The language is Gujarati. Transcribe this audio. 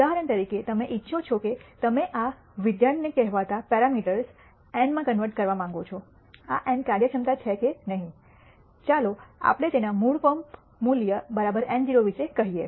ઉદાહરણ તરીકે તમે ઇચ્છો છો કે તમે આ વિધાનને કહેવાતા પેરામીટર્ η માં કન્વર્ટ કરવા માંગો છો આ η કાર્યક્ષમતા છે કે નહીં ચાલો આપણે તેના મૂળ મૂલ્ય પંપ η₀ વિશે કહીએ